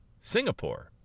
Singapore